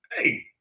Hey